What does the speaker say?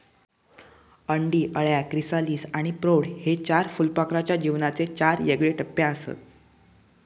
अंडी, अळ्या, क्रिसालिस आणि प्रौढ हे चार फुलपाखराच्या जीवनाचे चार येगळे टप्पेआसत